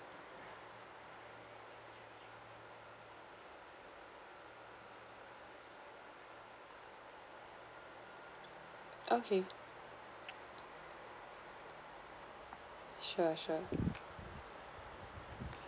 okay sure sure